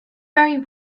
very